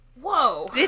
whoa